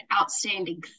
outstanding